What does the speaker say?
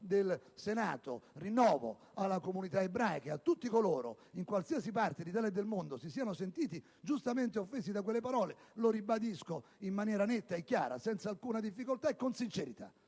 del Senato le scuse alla comunità ebraica e a tutti coloro che, in qualsiasi parte d'Italia e del mondo, si siano sentiti giustamente offesi da quelle parole. Lo ribadisco in maniera chiara e netta, senza alcuna difficoltà e con sincerità,